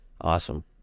Awesome